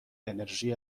انرژی